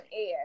air